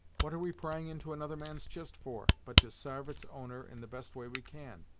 what are we prying into another man's chist for, but to sarve its owner in the best way we can.